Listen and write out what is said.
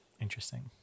Interesting